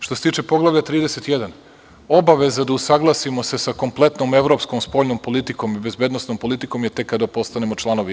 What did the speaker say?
Što se tiče poglavlja 31, obaveza je da se usaglasimo sa kompletnom evropskom spoljnom politikom i bezbednosnom politikom tek kada postanemo članovi EU.